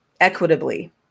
equitably